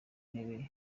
ntebe